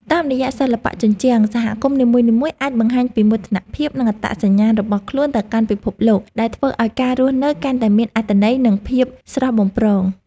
តាមរយៈសិល្បៈជញ្ជាំង សហគមន៍នីមួយៗអាចបង្ហាញពីមោទនភាព និងអត្តសញ្ញាណរបស់ខ្លួនទៅកាន់ពិភពលោក ដែលធ្វើឱ្យការរស់នៅកាន់តែមានអត្ថន័យ និងភាពស្រស់បំព្រង។